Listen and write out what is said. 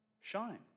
shine